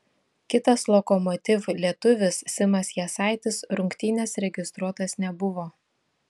kitas lokomotiv lietuvis simas jasaitis rungtynės registruotas nebuvo